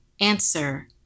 Answer